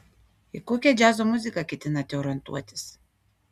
į kokią džiazo muziką ketinate orientuotis